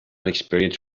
experience